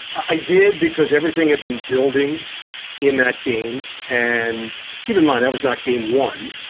i did, because everything had been building in that game. and keep in mind, i was not game one.